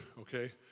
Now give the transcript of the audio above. okay